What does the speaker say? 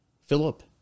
Philip